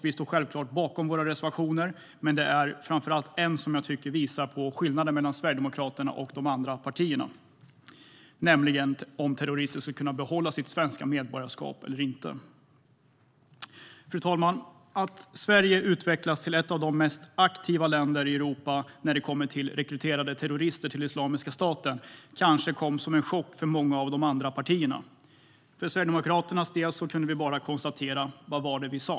Vi står självklart bakom våra reservationer, men det är framför allt en jag tycker visar skillnaden mellan Sverigedemokraterna och de andra partierna, nämligen om terrorister ska kunna behålla sitt svenska medborgarskap eller inte. Fru talman! Att Sverige utvecklats till ett av de mest aktiva länderna i Europa när det kommer till rekryterade terrorister till Islamiska staten kanske kom som en chock för många av de andra partierna. För Sverigedemokraternas del kunde vi bara konstatera: Vad var det vi sa?